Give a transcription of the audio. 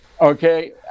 Okay